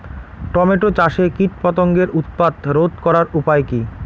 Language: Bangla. টমেটো চাষে কীটপতঙ্গের উৎপাত রোধ করার উপায় কী?